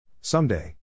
Someday